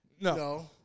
no